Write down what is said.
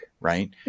right